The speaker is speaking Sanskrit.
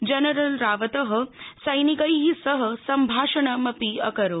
जनरल रावतः सैनिकैः सह सम्भाषणं अपि अकरोत्